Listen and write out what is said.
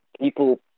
people